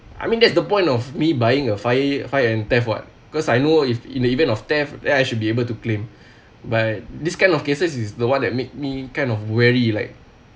I mean that's the point of me buying a fire fire and theft what because I know if in the event of theft then I should be able to claim but this kind of cases is the one that made me kind of wary like